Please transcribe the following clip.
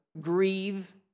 grieve